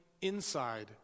inside